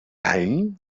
any